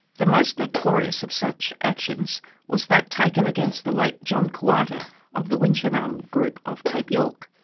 the most notorious of such actions was that taken against the late john koowarta of the winychanam group of cape york.